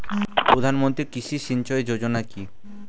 প্রধানমন্ত্রী কৃষি সিঞ্চয়ী যোজনা কি?